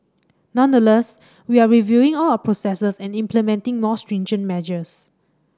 nonetheless we are reviewing all our processes and implementing more stringent measures